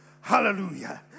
Hallelujah